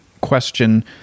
question